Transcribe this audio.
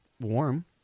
warm